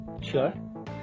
Sure